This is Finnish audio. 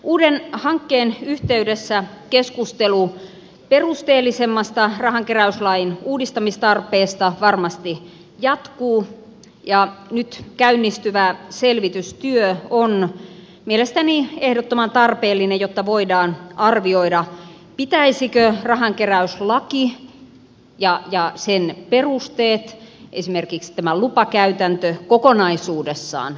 uuden hankkeen yhteydessä keskustelu perusteellisemmasta rahankeräyslain uudistamistarpeesta varmasti jatkuu ja nyt käynnistyvä selvitystyö on mielestäni ehdottoman tarpeellinen jotta voidaan arvioida pitäisikö rahankeräyslaki ja sen perusteet esimerkiksi tämä lupakäytäntö kokonaisuudessaan uudistaa